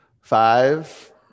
Five